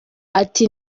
ati